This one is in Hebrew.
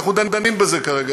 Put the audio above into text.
אנחנו דנים בזה כרגע.